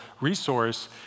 resource